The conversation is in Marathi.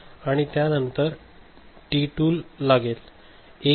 आणि नंतर टी 2 लागेल 1